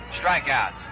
strikeouts